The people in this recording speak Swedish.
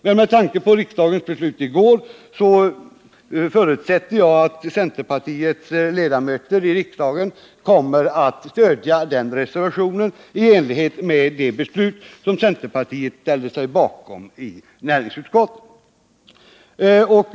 Men med tanke på riksdagens beslut i går förutsätter jag att centerpartiets ledamöter i riksdagen kommer att stödja vår reservation, detta i enlighet med centerns stöd för beslutet i näringsutskottet.